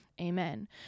Amen